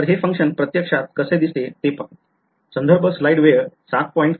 तर हे function प्रत्यक्षात कसे दिसते ते पाहू या